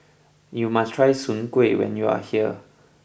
you must try Soon Kueh when you are here